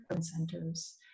centers